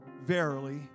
verily